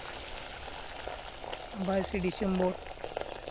ᱵᱟᱭᱤᱥᱮ ᱰᱤᱥᱮᱢᱵᱚᱨ